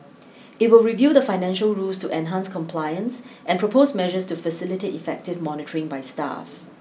it will review the financial rules to enhance compliance and propose measures to facilitate effective monitoring by staff